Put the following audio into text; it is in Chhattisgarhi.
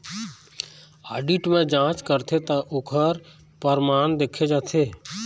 आडिट म जांच करथे त ओखर परमान देखे जाथे